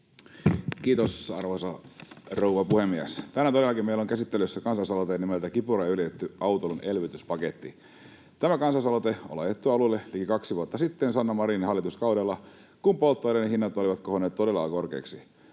Kiitos, arvoisa rouva puhemies! Tänään todellakin meillä on käsittelyssä kansalaisaloite nimeltä ”Kipuraja ylitetty — autoilun elvytyspaketti”. Tämä kansalaisaloite on laitettu alulle liki kaksi vuotta sitten Sanna Marinin hallituskaudella, kun polttoaineiden hinnat olivat kohonneet todella korkeiksi.